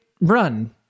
run